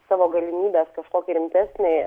savo galimybes kažkokį rimtesnį